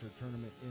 tournament